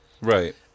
Right